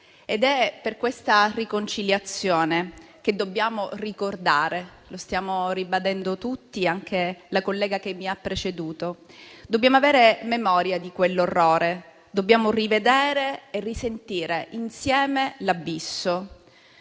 È per questa riconciliazione che dobbiamo ricordare, come stiamo ribadendo tutti, anche la collega che mi ha preceduto. Dobbiamo avere memoria di quell'orrore. Dobbiamo rivedere e risentire insieme l'abisso.